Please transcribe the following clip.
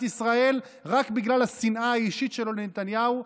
ישראל רק בגלל השנאה האישית שלו לנתניהו,